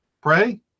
pray